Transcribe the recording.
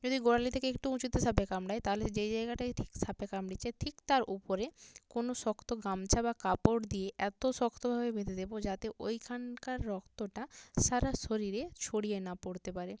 যদি গোড়ালি থেকে একটু উঁচুতে সাপে কামড়ায় তাহলে যেই জায়গাটায় ঠিক সাপে কামড়েছে ঠিক তার ওপরে কোনও শক্ত গামছা বা কাপড় দিয়ে এত শক্ত ভাবে বেঁধে দেবো যাতে ওইখানকার রক্তটা সারা শরীরে ছড়িয়ে না পড়তে পারে